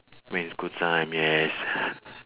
when school time yes